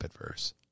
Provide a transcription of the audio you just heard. verse